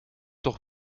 toch